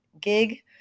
gig